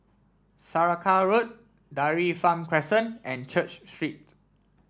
Saraca Road Dairy Farm Crescent and Church Street